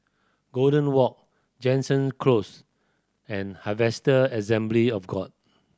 Golden Walk Jansen Close and Harvester Assembly of God